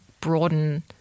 broaden